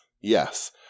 Yes